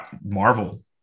Marvel